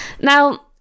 Now